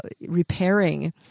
repairing